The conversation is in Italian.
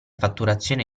fatturazione